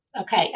okay